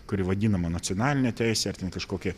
kuri vadinama nacionaline teise ar ten kažkokie